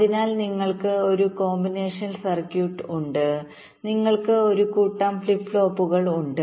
അതിനാൽ നിങ്ങൾക്ക് ഒരു കോമ്പിനേഷൻ സർക്യൂട്ട് ഉണ്ട് നിങ്ങൾക്ക് ഒരു കൂട്ടം ഫ്ലിപ്പ് ഫ്ലോപ്പുകൾ ഉണ്ട്